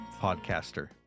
Podcaster